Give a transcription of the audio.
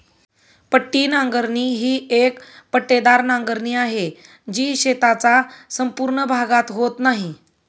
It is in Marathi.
पट्टी नांगरणी ही एक पट्टेदार नांगरणी आहे, जी शेताचा संपूर्ण भागात होत नाही